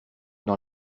dans